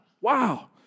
Wow